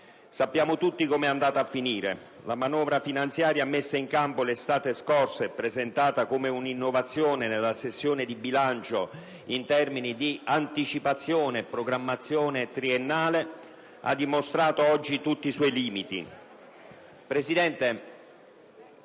Sappiamo tutti come è andata a finire: la manovra finanziaria messa in campo l'estate scorsa e presentata come un'innovazione nella sessione di bilancio, in termini di anticipazione e programmazione triennale, ha dimostrato oggi tutti i suoi limiti.